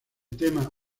tema